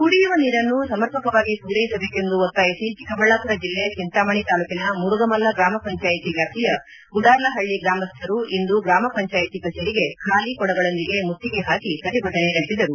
ಕುಡಿಯುವ ನೀರನ್ನು ಸಮರ್ಪಕವಾಗಿ ಪೂರೈಸಬೇಕೆಂದು ಒತ್ತಾಯಿಸಿ ಚಿಕ್ಕಬಳ್ಳಾಪುರ ಬೆಲ್ಲೆ ಚಿಂತಾಮಣಿ ತಾಲೂಕಿನ ಮುರುಗಮಲ್ಲ ಗ್ರಾಮ ಪಂಚಾಯಿತಿ ವ್ಯಾಪ್ತಿಯ ಗುಡಾರ್ಲಹಳ್ಳಿ ಗ್ರಾಮಸ್ಥರು ಇಂದು ಗ್ರಾಮ ಪಂಚಾಯಿತಿ ಕಚೇರಿಗೆ ಖಾಲಿ ಕೊಡಗಳೊಂದಿಗೆ ಮುತ್ತಿಗೆ ಹಾಕಿ ಪ್ರತಿಭಟನೆ ನಡೆಸಿದರು